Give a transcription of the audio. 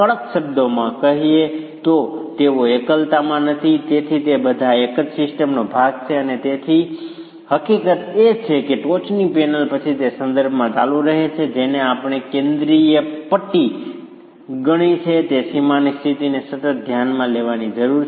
કડક શબ્દોમાં કહીએ તો તેઓ એકલતામાં નથી તે બધા એક જ સિસ્ટમનો ભાગ છે અને તેથી હકીકત એ છે કે ટોચની પેનલ પછી તે સંદર્ભમાં ચાલુ રહે છે જેને આપણે કેન્દ્રીય પટ્ટી તરીકે ગણી છે તે સીમાની સ્થિતિને સતત ધ્યાનમાં લેવાની જરૂર છે